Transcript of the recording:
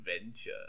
adventure